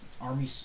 Army